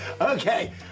Okay